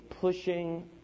pushing